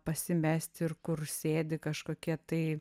pasimesti ir kur sėdi kažkokie tai